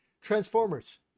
transformers